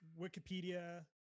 Wikipedia